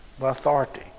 authority